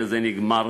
בזה נגמר,